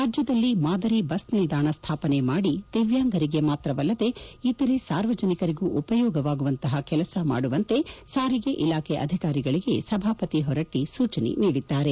ರಾಜ್ಞದಲ್ಲಿ ಮಾದರಿ ಬಸ್ ನಿಲ್ದಾಣ ಸ್ಥಾಪನೆ ಮಾಡಿ ದಿವ್ಯಾಂಗರಿಗೆ ಮಾತ್ರವಲ್ಲದೇ ಇತರೆ ಸಾರ್ವಜನಿಕರಿಗೂ ಉಪಯೋಗುವಂತಹ ಕೆಲಸ ಮಾಡುವಂತೆ ಸಾರಿಗೆ ಇಲಾಖೆ ಅಧಿಕಾರಿಗಳಿಗೆ ಸಭಾಪತಿ ಹೊರಟ್ಷ ಸೂಚನೆ ನೀಡಿದ್ದಾರೆ